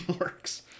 works